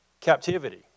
captivity